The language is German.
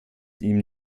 ihm